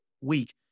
week